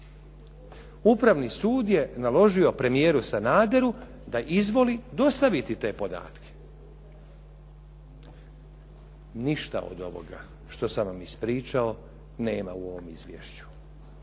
Upravni sud je naložio premijeru Sanaderu da izvoli dostaviti te podatke. Ništa od ovoga što sam vam ispričao nema u ovom izvješću.